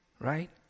right